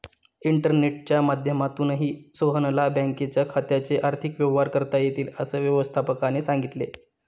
इंटरनेटच्या माध्यमातूनही सोहनला बँक खात्याचे आर्थिक व्यवहार करता येतील, असं व्यवस्थापकाने सांगितले